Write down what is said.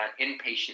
inpatient